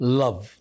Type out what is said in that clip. love